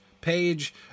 Page